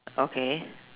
okay